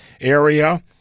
area